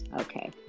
Okay